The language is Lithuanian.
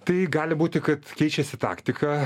tai gali būti kad keičiasi taktika